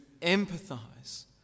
empathize